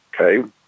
Okay